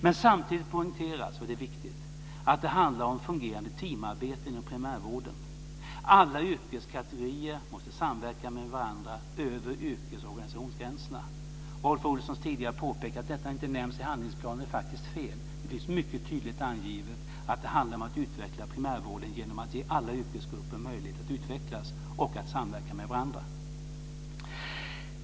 Men samtidigt poängteras - och det är viktigt - att det handlar om fungerande teamarbete inom primärvården. Alla yrkeskategorier måste samverka med varandra över yrkes och organisationsgränserna. Rolf Olssons tidigare påpekande att detta inte nämns i handlingsplanen är faktiskt fel. Det finns mycket tydligt angivet att det handlar om att utveckla primärvården genom att ge alla yrkesgrupper möjligheter att utvecklas och att samverka med varandra.